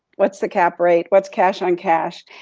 what's the cap rate, what's cash on cash.